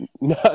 No